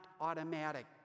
automatic